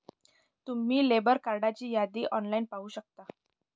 तुम्ही लेबर कार्डची यादी ऑनलाइन पाहू शकता